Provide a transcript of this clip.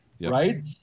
right